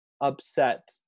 upset